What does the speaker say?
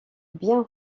bien